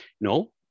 No